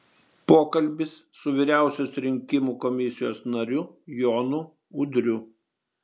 pokalbis su vyriausios rinkimų komisijos nariu jonu udriu